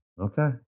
Okay